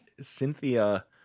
Cynthia